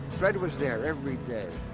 fred was there every day.